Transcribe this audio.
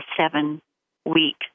seven-week